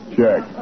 Check